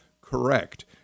correct